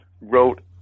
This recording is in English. wrote